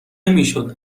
میشد